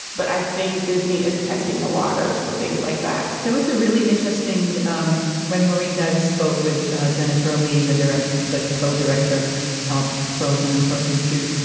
but i think disney is testing the waters for things like that there was a really interesting um when maureen dowd spoke with jennifer lee, the director, the co-director of frozen and frozen, too.